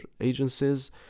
agencies